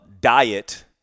diet